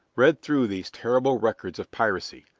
read through these terrible records of piracy,